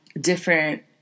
different